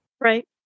right